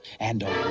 and